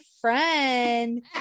friend